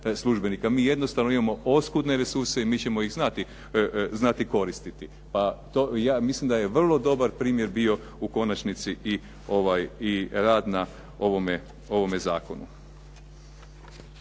Mi jednostavno imamo oskudne resurse i mi ćemo ih znati koristiti. Mislim da je vrlo dobar primjer bio u konačnici i rad na ovome zakonu.